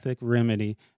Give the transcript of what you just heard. remedy